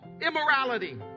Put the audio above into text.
immorality